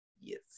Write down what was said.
Yes